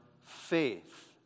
faith